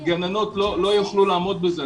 גננות לא יוכלו לעמוד בזה.